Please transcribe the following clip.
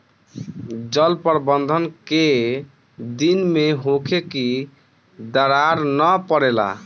जल प्रबंधन केय दिन में होखे कि दरार न परेला?